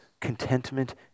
Contentment